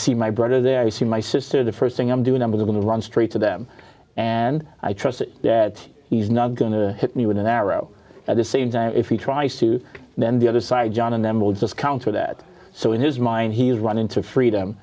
see my brother there you see my sister the first thing i'm doing i'm going to run straight to them and i trust that he's not going to hit me with an arrow at the same time if he tries to then the other side john and then we'll just counter that so in his mind he was running to freedom